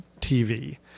TV